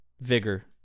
Vigor